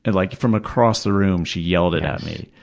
and like, from across the room, she yelled it at me.